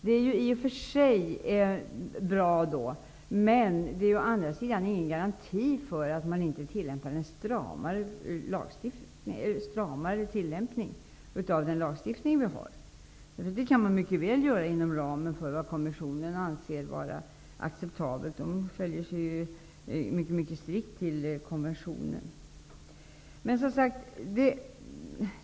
Det är å andra sidan inte någon garanti för att vi inte tillämpar lagstiftningen stramare. Det kan man mycket väl göra inom ramen för vad kommissionen anser vara acceptabelt. Den följer konventionen mycket strikt.